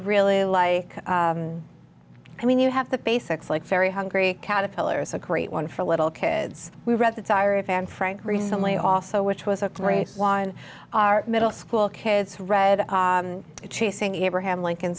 really like i mean you have the basics like very hungry caterpillar is a great one for little kids we read the diary of anne frank recently also which was a great one our middle school kids read chasing abraham lincoln